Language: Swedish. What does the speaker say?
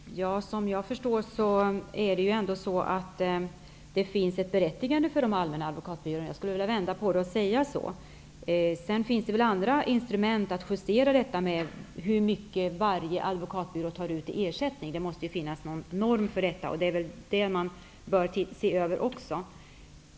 Herr talman! Som jag förstår finns det ändå ett berättigande för de allmänna advokatbyråerna. Jag skulle vilja vända på frågeställningen och säga så. Det finns väl andra instrument för att justera hur mycket varje advokatbyrå tar ut i ersättning. Det måste finnas någon norm för detta. Det är väl det man bör se över också.